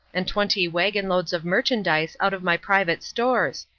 and twenty waggon-loads of merchandise out of my private stores,